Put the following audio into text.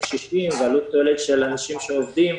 קשישים ועלות תועלת של אנשים שעובדים.